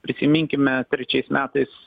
prisiminkime trečiais metais